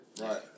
Right